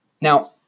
Now